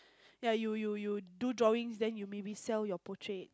yeah you you you do drawings then maybe you sell your portraits